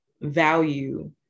value